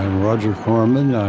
roger foreman.